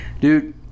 Dude